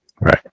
Right